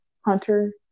hunter